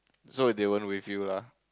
so they won't with you lah